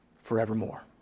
Forevermore